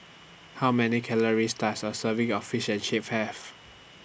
How Many Calories Does A Serving of Fish and Chips Have